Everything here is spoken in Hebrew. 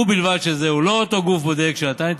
ובלבד שזה לא אותו גוף בודק שנתן את